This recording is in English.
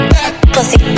Pussy